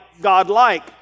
God-like